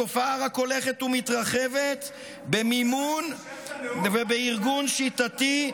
התופעה רק הולכת ומתרחבת, במימון ובארגון שיטתי,